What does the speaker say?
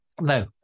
No